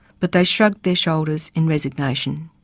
but they shrugged their shoulders in resignation.